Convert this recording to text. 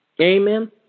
Amen